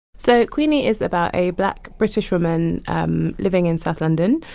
so queenie is about a black british woman um living in south london.